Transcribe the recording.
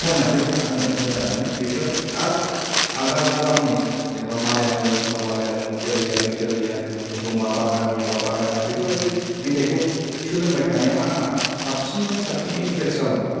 खननायफोरखौ आङो मोजां मोनो बेफोराव आर आलदा आलदा रावनि जेनावबा मालायालोमस बा मालायालम केरेलियान बा केरेलियान एखमबा बागानिया बा बागानिया बेफोरबायदि मेथाइखौ सोलोंबाय थानायाव आंहा साबसिननिफ्राय साबसिन इन्ट्रेस जालांबावदों